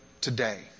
today